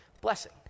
blessing